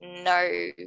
no